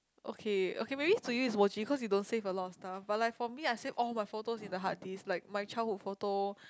okay okay maybe to you is cause you don't save a lot of stuff but like for me I save all my photos in a hard disk like my childhood photo